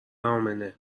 امنه